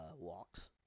walks